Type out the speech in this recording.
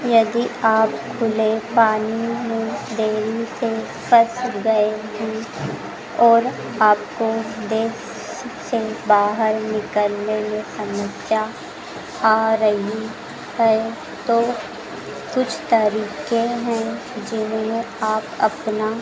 यदि आप खुले पानी में देरी से फंस गए हैं और आपको देश से बाहर निकलने में समस्या आ रही है तो कुछ तरीके हैं जिन्हें आप अपना